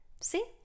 See